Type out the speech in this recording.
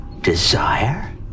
desire